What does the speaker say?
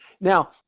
Now